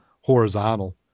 horizontal